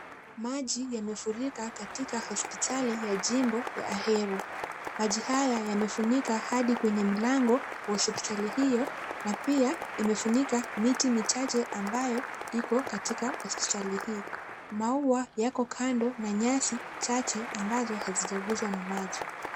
Maji yamefurika katika hospitali ya jimbo ya Ahero. Maji haya yamefunika hadi kwenye milango wa hospitali hiyo na pia imefunika miti michache ambayo iko katika hospitali hii. Maua yako kando na nyasi chache ambazo hazijaguzwa na maji.